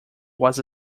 was